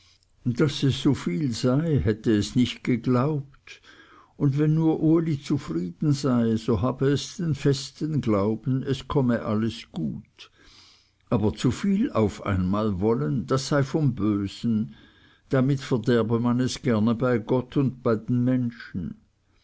daß es so viel sei hätte es nicht geglaubt und wenn nur uli zufrieden sei so habe es den festen glauben es komme alles gut aber zu viel auf einmal wollen das sei vom bösen damit verderbe man es gerne bei gott und bei den menschen